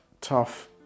tough